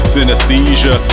Synesthesia